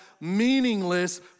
meaningless